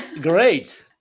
Great